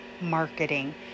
marketing